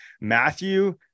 Matthew